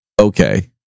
okay